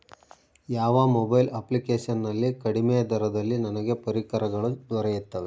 ಯಾವ mobile application ನಲ್ಲಿ ಕಡಿಮೆ ದರದಲ್ಲಿ ನನಗೆ ಪರಿಕರಗಳು ದೊರೆಯುತ್ತವೆ?